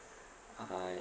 uh